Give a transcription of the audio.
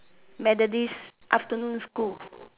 methodist afternoon school